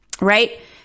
right